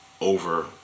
over